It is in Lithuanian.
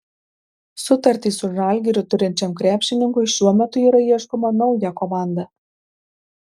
sutartį su žalgiriu turinčiam krepšininkui šiuo metu yra ieškoma nauja komanda